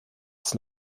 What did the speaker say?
des